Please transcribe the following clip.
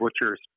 butchers